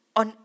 on